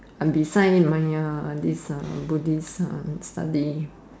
and beside my this Buddhist I've been studying